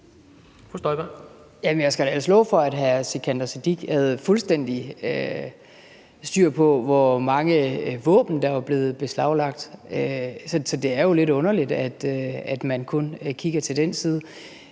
Jeg skal da ellers love for, at hr. Sikandar Siddique har fuldstændig styr på, hvor mange våben der er blevet beslaglagt, men det er jo lidt underligt, at han kun kigger til den side.